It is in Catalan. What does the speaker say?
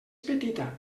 petita